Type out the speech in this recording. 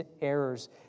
errors